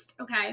okay